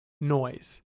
noise